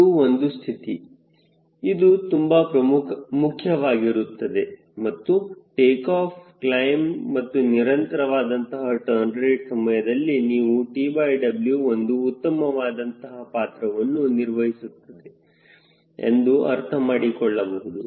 ಇದು ಒಂದು ಸ್ಥಿತಿ ಇದು ತುಂಬ ಮುಖ್ಯವಾಗಿರುತ್ತದೆ ಮತ್ತು ಟೇಕಾಫ್ ಕ್ಲೈಮ್ ಮತ್ತು ನಿರಂತರವಾದಂತಹ ಟರ್ನ್ ರೇಟ್ ಸಮಯದಲ್ಲಿ ನೀವು TW ಒಂದು ಉತ್ತಮವಾದಂತಹ ಪಾತ್ರವನ್ನು ನಿರ್ವಹಿಸುತ್ತದೆ ಎಂದು ಅರ್ಥ ಮಾಡಿಕೊಳ್ಳಬಹುದು